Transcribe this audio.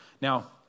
Now